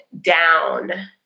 down